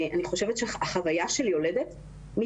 החוויה של יולדת היא